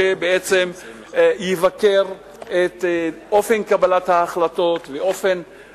שבעצם יבקר את אופן קבלת ההחלטות ואופן